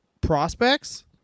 prospects